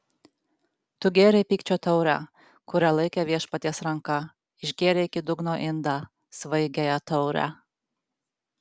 tu gėrei pykčio taurę kurią laikė viešpaties ranka išgėrei iki dugno indą svaigiąją taurę